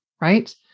Right